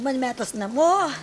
man metas namo